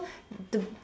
the the